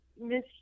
Miss